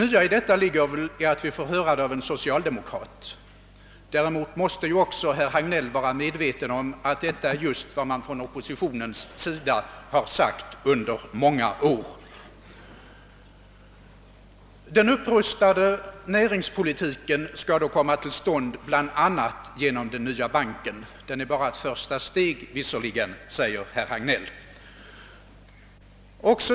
Ja det nya ligger väl i att vi nu får höra detta av en socialdemokrat. Även herr Hagnell måste vara medveten om att denna uppfattning är just vad oppositionen framhållit under många år. Den upprustade näringspolitiken skall komma till stånd bl.a. genom den nya banken trots att den, enligt herr Hagnell, bara är ett första steg.